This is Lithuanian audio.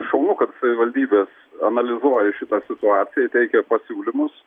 šaunu kad savivaldybės analizuoja šitą situaciją ir teikia pasiūlymus